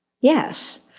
Yes